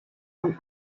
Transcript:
von